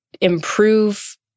improve